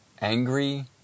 angry